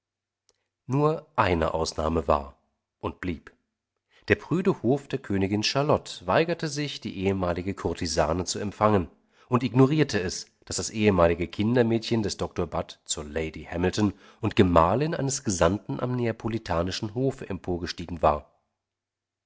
nur eine ausnahme war und blieb der prüde hof der königin charlotte weigerte sich die ehemalige courtisane zu empfangen und ignorierte es daß das ehemalige kindermädchen des dr budd zur lady hamilton und gemahlin eines gesandten am neapolitanischen hofe emporgestiegen war